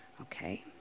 Okay